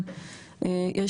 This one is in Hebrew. אומנם אנחנו נמצאים בתקופה לא קלה,